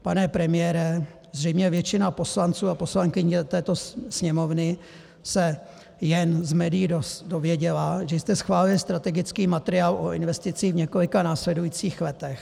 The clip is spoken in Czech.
Pane premiére, zřejmě většina poslanců a poslankyň této Sněmovny se jen z médií dozvěděla, že jste schválili strategický materiál o investicích v několika následujících letech.